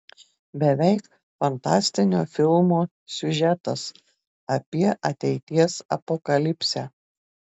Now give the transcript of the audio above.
beveik fantastinio filmo siužetas apie ateities apokalipsę